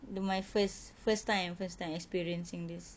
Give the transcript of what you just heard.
th~ my first first time first time experiencing this